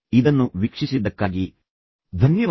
ಇದನ್ನು ವೀಕ್ಷಿಸಿದ್ದಕ್ಕಾಗಿ ಧನ್ಯವಾದಗಳು